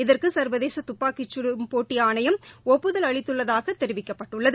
இதற்குசா்வதேசதுப்பாக்கிச்சுடும் போட்டிஆணையம் ஒப்புதல் அளித்துள்ளதாகதெரிவிக்கப்பட்டுள்ளது